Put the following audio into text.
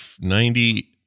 Ninety